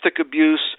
abuse